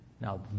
Now